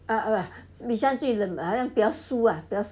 bishan 最冷门好像比较熟啊比较熟悉